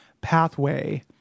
pathway